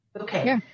Okay